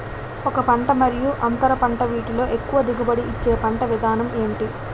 ఒక పంట మరియు అంతర పంట వీటిలో ఎక్కువ దిగుబడి ఇచ్చే పంట విధానం ఏంటి?